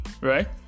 right